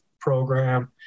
program